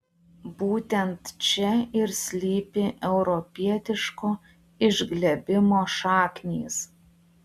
būtent čia ir slypi europietiško išglebimo šaknys